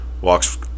walks